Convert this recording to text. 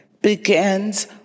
begins